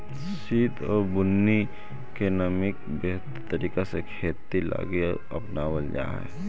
सित आउ बुन्नी के नमी के बेहतर तरीका से खेती लागी अपनाबल जा हई